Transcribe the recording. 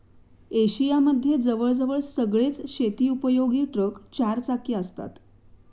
Asia मध्ये जवळ जवळ सगळेच शेती उपयोगी ट्रक चार चाकी असतात